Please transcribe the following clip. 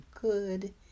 good